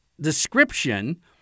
description